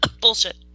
bullshit